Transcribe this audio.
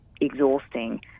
exhausting